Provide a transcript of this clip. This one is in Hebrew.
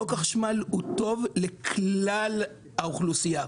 חוק החשמל הוא טוב לכלל האוכלוסייה.